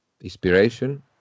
inspiration